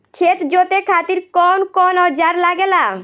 खेत जोते खातीर कउन कउन औजार लागेला?